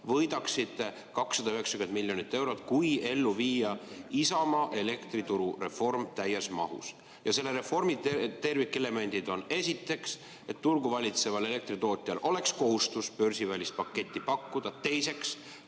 võidaksid 290 miljonit eurot, kui ellu viia Isamaa elektrituru reform täies mahus. Ja selle reformi tervikelemendid on: esiteks, et turgu valitseval elektritootjal oleks kohustus börsivälist paketti pakkuda, teiseks,